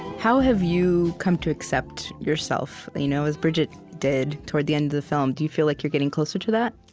how have you come to accept yourself, you know as bridget did, toward the end of the film? do you feel like you're getting closer to that?